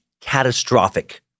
catastrophic